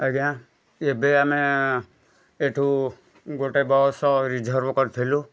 ଆଜ୍ଞା ଏବେ ଆମେ ଏଠୁ ଗୋଟେ ବସ୍ ରିଜର୍ଭ କରିଥିଲୁ